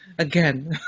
again